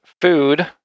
food